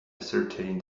ascertain